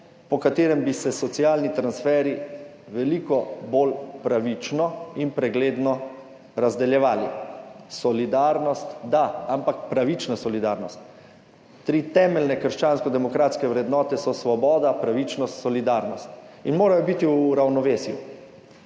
po katerem bi se socialni transferji veliko bolj pravično in pregledno razdeljevali. Solidarnost da, ampak pravična solidarnost. Tri temeljne krščanskodemokratske vrednote so svoboda, pravičnost, solidarnost in morajo biti v ravnovesju.